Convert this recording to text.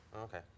Okay